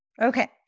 Okay